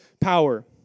power